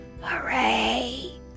Hooray